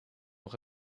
nog